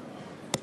ההצבעה,